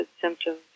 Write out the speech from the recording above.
symptoms